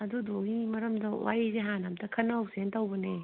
ꯑꯗꯨꯗꯨꯒꯤ ꯃꯔꯝꯗ ꯋꯥꯔꯤꯁꯦ ꯍꯥꯟꯅ ꯑꯃꯨꯛꯇ ꯈꯟꯅꯍꯧꯁꯦꯅ ꯇꯧꯕꯅꯦ